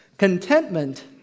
Contentment